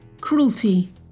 cruelty